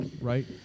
right